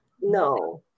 no